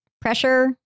pressure